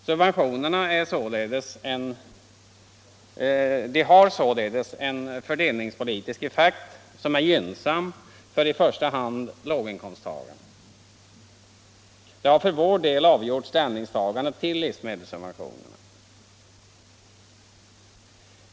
Subventionerna har således en fördelningspolitisk effekt som är gynnsam för i första hand låginkomsttagarna. Det har för vår del avgjort ställningstagandet till livsmedelssubventionerna.